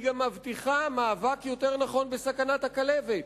היא גם מבטיחה מאבק יותר נכון בסכנת הכלבת,